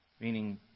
meaning